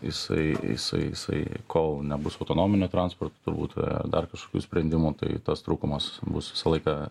jisai jisai jisai kol nebus autonominio transporto turbūt ar dar kažkokių sprendimų tai tas trūkumas bus visą laiką